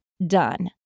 done